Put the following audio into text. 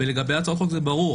לגבי הצעת חוק, זה ברור.